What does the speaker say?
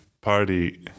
party